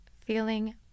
feeling